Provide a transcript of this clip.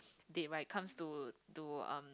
date right comes to to um